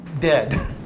dead